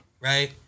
right